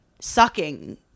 sucking